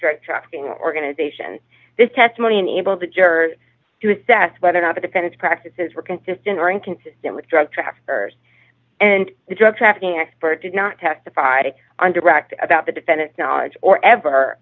try trafficking organization this testimony unable to jurors to assess whether or not the dependence practices were consistent or inconsistent with drug traffickers and drug trafficking expert did not testify on direct about the defendant knowledge or ever